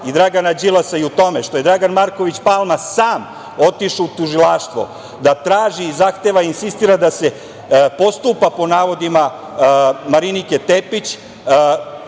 i Dragana Đilasa je u tome što je Dragan Marković Palma sam otišao u tužilaštvo da traži, zahteva i insistira da se postupa po navodima Marinike Tepić